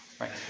right